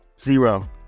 zero